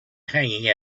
hanging